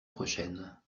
prochaine